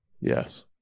Yes